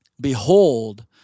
Behold